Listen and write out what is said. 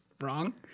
wrong